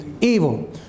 evil